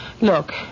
Look